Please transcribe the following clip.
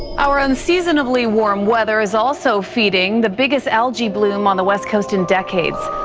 our unseasonably warm weather is also feeding the biggest algae bloom on the west coast in decades,